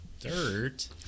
dirt